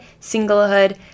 singlehood